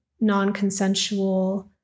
non-consensual